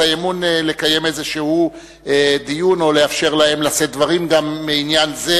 האי-אמון לקיים דיון כלשהו או לאפשר להן לשאת דברים גם מעניין זה.